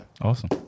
Awesome